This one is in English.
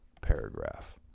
paragraph